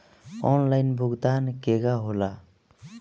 Online भुगतान केगा होला?